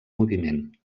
moviment